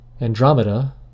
Andromeda